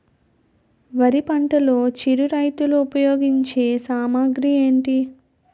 వరి పంటలో చిరు రైతులు ఉపయోగించే సామాగ్రి ఏంటి?